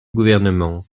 gouvernement